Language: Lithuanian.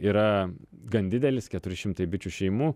yra gan didelis keturi šimtai bičių šeimų